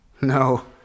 No